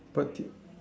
what tip